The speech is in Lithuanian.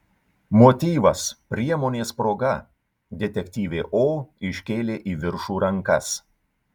motyvas priemonės proga detektyvė o iškėlė į viršų rankas